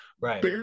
right